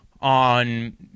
on